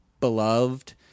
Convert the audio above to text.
beloved